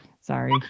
Sorry